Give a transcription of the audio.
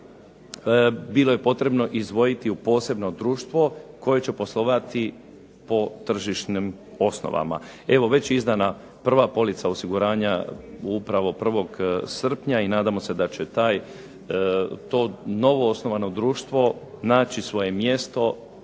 bilo je potrebno izdvojiti u posebno društvo koje će poslovati po tržišnim osnovama. Evo već je izdana prva polica osiguranja upravo 1. srpnja i nadamo se da će to novoosnovano društvo naći svoje mjesto